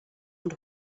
und